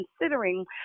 considering